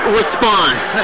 response